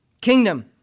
kingdom